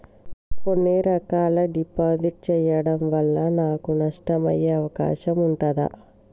కొన్ని రకాల డిపాజిట్ చెయ్యడం వల్ల నాకు నష్టం అయ్యే అవకాశం ఉంటదా?